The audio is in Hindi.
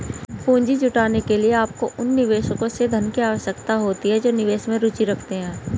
पूंजी जुटाने के लिए, आपको उन निवेशकों से धन की आवश्यकता होती है जो निवेश में रुचि रखते हैं